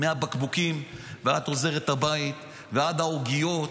מהבקבוקים, עד עוזרת הבית ועד העוגיות.